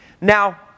Now